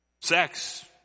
Sex